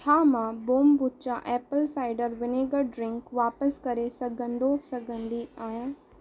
छा मां kombucha apple cider vinegar drink वापिसि करे सघंदो सघंदी आहियां